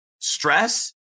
stress